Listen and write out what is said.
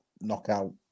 knockout